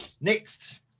next